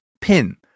pin